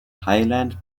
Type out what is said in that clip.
highland